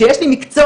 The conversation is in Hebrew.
שיש לי מקצוע,